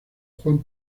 juan